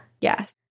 Yes